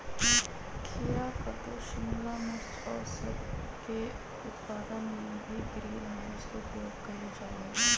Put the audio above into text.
खीरा कद्दू शिमला मिर्च और सब के उत्पादन में भी ग्रीन हाउस के उपयोग कइल जाहई